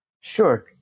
Sure